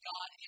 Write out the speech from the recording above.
God